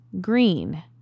green